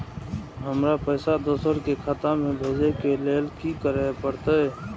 हमरा पैसा दोसर के खाता में भेजे के लेल की करे परते?